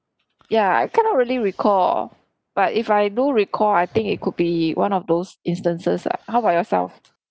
ya I cannot really recall but if I do recall I think it could be one of those instances lah how about yourself